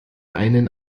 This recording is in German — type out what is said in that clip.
einen